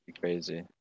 Crazy